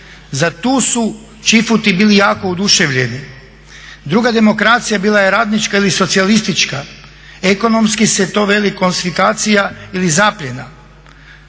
Za tu su čifuti bili jako oduševljeni. Druga demokracija bila je radnička ili socijalistička. Ekonomski se to veli konfiskacija ili zapljena,